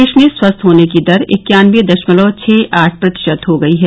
देश में स्वस्थ होने की दर इक्यानबे दशमलव छह आठ प्रतिशत हो गई है